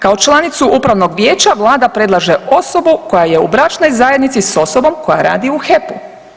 Kao članicu upravnog vijeća Vlada predlaže osobu koja je u bračnoj zajednici s osobom koja radi u HEP-u.